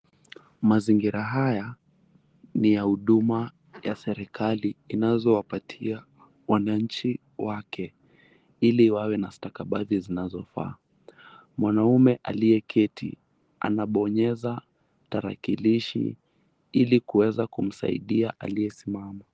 Mazingira haya ni ya huduma ya serikali zinazo wapaitia wananchi wake iliwawe na stakabadhi zinazofaa, mwanaume aliyeketi anabonyeza tarakilishi ilikuweza kumsaidia aliyesimama.